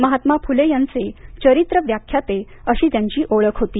महात्मा फुले यांचे चरित्र व्याख्याते अशी त्यांची ओळख होती